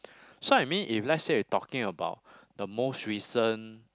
so I mean if let's say we talking about the most recent